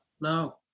no